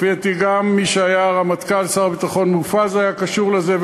לפי דעתי גם מי שהיה רמטכ"ל ושר הביטחון מופז היה קשור לזה,